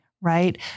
right